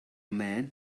man